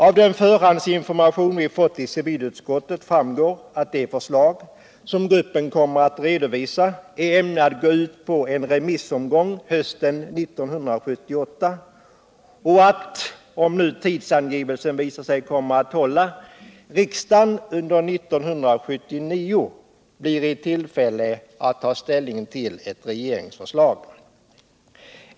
Av den förhandsinformation vi fått i civilutskottet framgår att det förslag som gruppen kommer att redovisa avses bli utsänt på en remissomgång hösten 1978 och att riksdagen - om nu tidsangivelsen visar sig hålla — under 1979 blir i tillfälle att ta ställning till ett regeringsförslag.